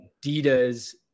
Adidas